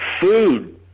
Food